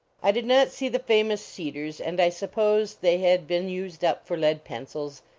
i did not see the famous cedars, and i supposed they had been used up for lead-pencils,